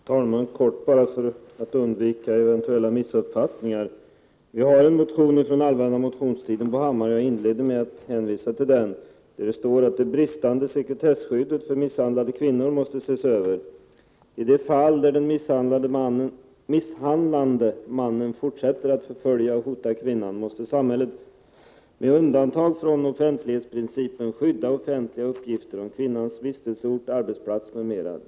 Herr talman! Helt kort, bara för att undvika eventuella missuppfattningar: Centern har en motion i den här frågan från den allmänna motionstiden. Jag inledde mitt huvudanförande med att hänvisa till den. I motionen står bl.a. följande: ”Det bristande sekretesskyddet för misshandlade kvinnor måste ses över. I de fall där den misshandlande mannen fortsätter att förfölja och hota kvinnan måste samhället med undantag från offentlighetsprincipen skydda offentliga uppgifter om kvinnans vistelseort, arbetsplats m.m.